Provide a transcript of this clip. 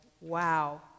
wow